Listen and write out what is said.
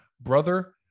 brother